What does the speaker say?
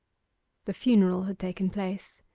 the funeral had taken place.